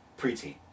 preteen